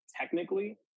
technically